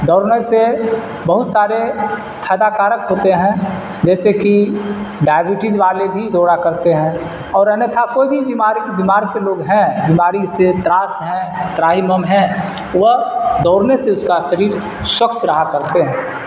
دوڑنے سے بہت سارے فائدہ کارک ہوتے ہیں جیسے کہ ڈائبٹیج والے بھی دوڑا کرتے ہیں اور انیتھا کوئی بھی بیماری بیمار کے لوگ ہیں بیماری سے تراس ہیں تراہیمم ہیں وہ دوڑنے سے اس کا شریر سوستھ رہا کرتے ہیں